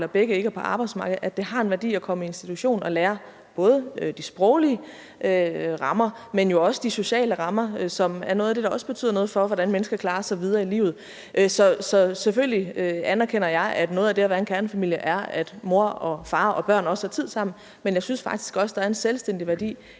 eller begge ikke er på arbejdsmarkedet, at det har en værdi at komme i institution og lære både de sproglige rammer, men jo også de sociale rammer, som er noget af det, der også betyder noget for, hvordan mennesker klare sig videre i livet. Så selvfølgelig anerkender jeg, at noget af det at være en kernefamilie er, at mor og far og børn også har tid sammen, men jeg synes faktisk også, der er en selvstændig værdi